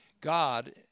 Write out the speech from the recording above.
God